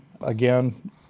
again